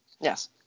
Yes